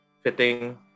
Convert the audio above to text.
fitting